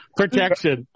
protection